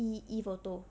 E photo